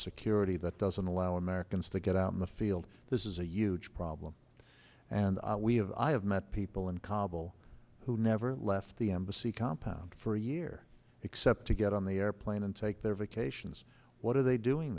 security that doesn't allow americans to get out in the field this is a huge problem and we have i have met people in kabul who never left the embassy compound for a year except to get on the airplane and take their vacations what are they doing